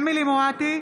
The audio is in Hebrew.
אמילי חיה מואטי,